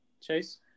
Chase